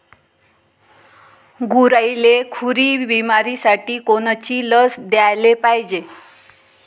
गुरांइले खुरी बिमारीसाठी कोनची लस द्याले पायजे?